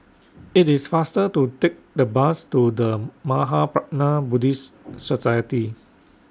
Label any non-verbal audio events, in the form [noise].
[noise] IT IS faster to Take The Bus to The Mahaprajna Buddhist Society